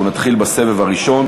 אנחנו נתחיל בסבב הראשון.